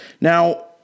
Now